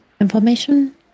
Information